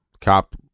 Cop